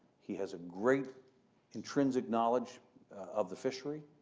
he has a great intrinsic knowledge of the fishery,